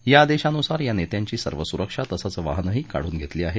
या आदेशानुसार या नेत्यांची सर्व सुरक्षा तसंच वाहनही काढून घेतली आहेत